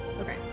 Okay